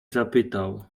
zapytał